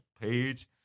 page